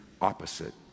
opposite